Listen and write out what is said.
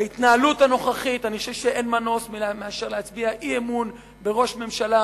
בהתנהלות הנוכחית אני חושב שאין מנוס מלהצביע אי-אמון בראש ממשלה